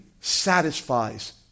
satisfies